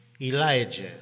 Elijah